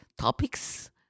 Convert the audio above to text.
topics